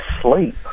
sleep